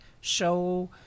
show